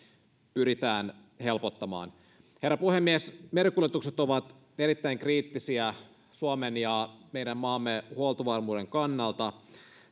pyritään helpottamaan herra puhemies merikuljetukset ovat erittäin kriittisiä suomen meidän maamme huoltovarmuuden kannalta